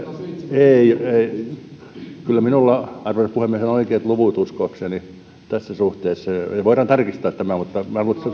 ei ei kyllä minulla arvoisa puhemies on oikeat luvut uskoakseni tässä suhteessa voidaan tarkistaa tämä mutta minä luulen että